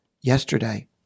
yesterday